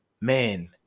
man